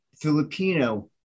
Filipino